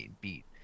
beat